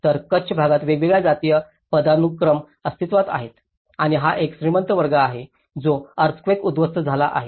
तर कच्छ भागात वेगवेगळ्या जातीय पदानुक्रम अस्तित्त्वात आहेत आणि हा एक श्रीमंत वर्ग आहे आणि जो अर्थक्वेकात उद्ध्वस्त झाला आहे